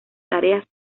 tareas